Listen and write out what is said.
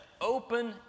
Open